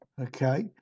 Okay